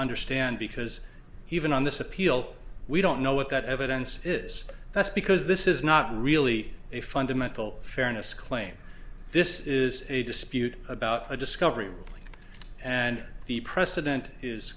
understand because even on this appeal we don't know what that evidence is that's because this is not really a fundamental fairness claim this is a dispute about a discovery and the precedent is